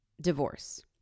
divorce